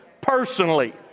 personally